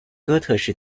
哥特式